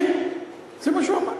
כן, זה מה שהוא אמר.